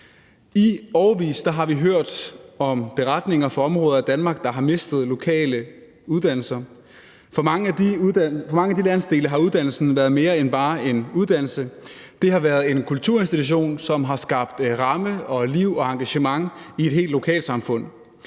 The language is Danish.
I årevis har vi hørt beretninger fra områder af Danmark, der har mistet lokale uddannelser. For mange af de landsdele har uddannelsen været mere end bare en uddannelse; det har været en kulturinstitution, som har skabt rammer om liv og engagement i et helt lokalsamfund.